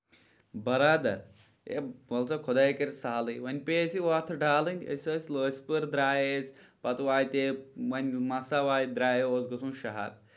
بَرادر ہے وَل سا خۄداے کرِ سہلٕے وۄنۍ پیٚیہِ اَسہِ وَتھ ڈالٕنۍ أسۍ ٲسۍ لٲسپوٗر درٛاے أسۍ پَتہٕ واتے وۄنۍ مَسان درایو اوس گژھُن شہر